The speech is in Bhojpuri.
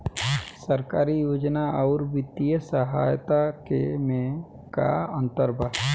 सरकारी योजना आउर वित्तीय सहायता के में का अंतर बा?